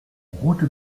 route